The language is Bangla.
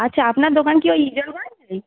আচ্ছা আপনার দোকান কি ওই ইজলগঞ্জেই